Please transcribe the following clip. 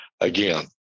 again